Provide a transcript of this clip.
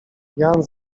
jan